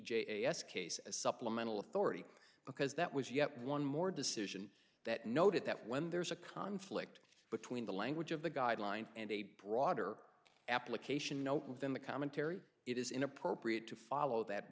j s case as supplemental authority because that was yet one more decision that noted that when there's a conflict between the language of the guidelines and a broader application note within the commentary it is inappropriate to follow that